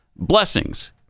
blessings